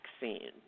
vaccine